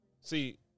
See